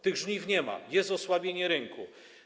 Tych żniw nie ma, jest osłabienie rynku.